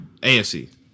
AFC